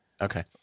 okay